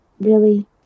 really-